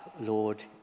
Lord